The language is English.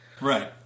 Right